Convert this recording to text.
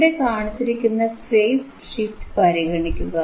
ഇവിടെ കാണിച്ചിരിക്കുന്ന phase shift പരിഗണിക്കുക